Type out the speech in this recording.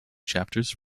chapters